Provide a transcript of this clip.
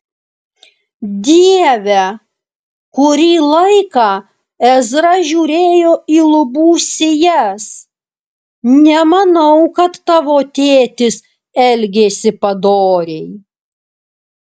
dieve kurį laiką ezra žiūrėjo į lubų sijas nemanau kad tavo tėtis elgėsi padoriai